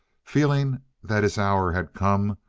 feeling that his hour had come,